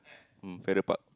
mm Farrer-Park